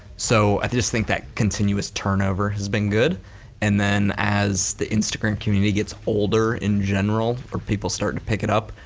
so i just think that continuous turnover has been good and then as the instagram community gets older in general, or people start to pick it up,